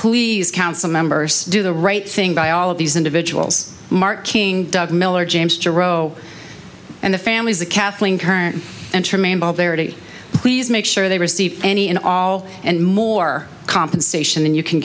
please council members do the right thing by all of these individuals mark king doug miller james to row and the families of kathleen current and they're ready please make sure they receive any and all and more compensation and you can